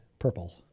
purple